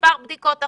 מספר בדיקות אחר.